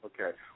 Okay